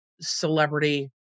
celebrity